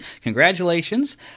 congratulations